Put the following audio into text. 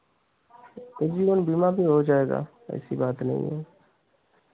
तो जीवन बीमा भी हो जाएगा ऐसी बात नहीं है